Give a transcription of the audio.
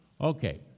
Okay